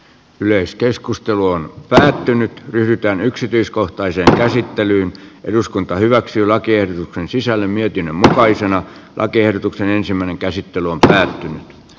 yleiskeskustelu on päättynyt yhtään yksityiskohtaiseen käsittelyyn eduskunta hyväksyy lakien sisällön mietin mutaisen lakiehdotuksen joustot kannattaa ottaa käyttöön